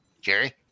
Jerry